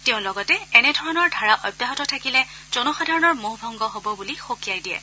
তেওঁ লগতে এনে ধৰণৰ ধাৰা অব্যাহত থাকিলে জনসাধাৰণৰ মোহ ভংগ হ'ব বুলি সঁকিয়াই দিয়ে